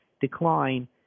decline